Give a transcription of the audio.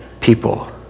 people